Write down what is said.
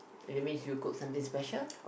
that means you cook something special